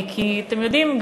כי אתם יודעים,